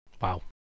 Wow